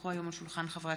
כי הונחו היום על שולחן הכנסת,